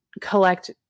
collect